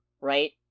Right